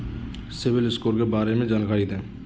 CIBIL score के बारे में जानकारी दें?